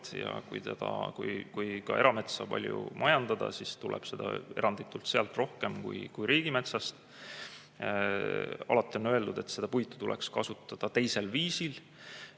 ja kui ka erametsa palju majandada, siis tuleb seda eranditult sealt rohkem kui riigimetsast. Alati on öeldud, et seda puitu tuleks kasutada teisel viisil.